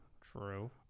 true